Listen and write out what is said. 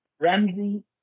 Ramsey